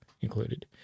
included